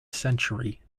century